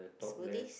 smoothies